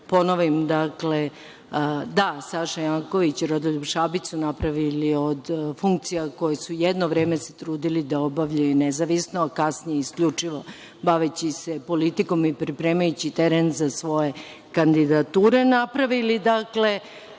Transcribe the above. ponovim, da Saša Janković, Rodoljub Šabić su napravili od funkcija koje su se jedno vreme trudili da obavljaju nezavisno, a kasnije isključivo baveći se politikom i pripremajući teren za svoje kandidature, napravili